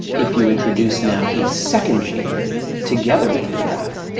if you introduce now a second gene together with braf,